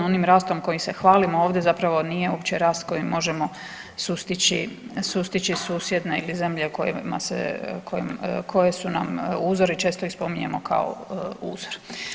Onim rastom kojim se hvalimo ovdje zapravo nije uopće rast koji možemo sustići susjedne ili zemlje koje su nam uzori i često ih spominjemo kao uzor.